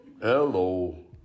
Hello